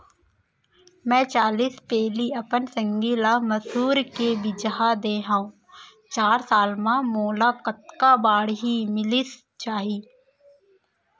मैं चालीस पैली अपन संगी ल मसूर के बीजहा दे हव चार साल म मोला कतका बाड़ही मिलिस जाही?